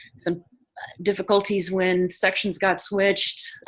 some difficulties when sections got switched,